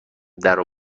درو